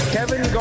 Kevin